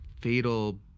fatal